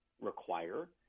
require